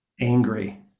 angry